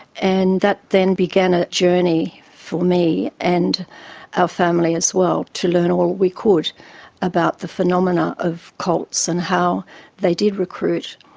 and that then began a journey for me and our family as well to learn all we could about the phenomena of cults and how they did recruit.